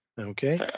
Okay